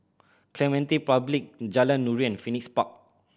Clementi Public Jalan Nuri and Phoenix Park